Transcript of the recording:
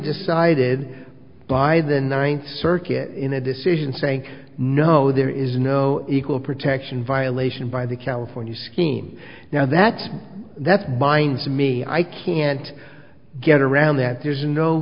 decided by the ninth circuit in a decision saying no there is no equal protection violation by the california scheme now that's that's bines to me i can't get around that there's no